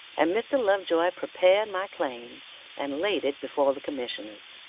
and mr. lovejoy prepared my claim and laid it before the commissioners.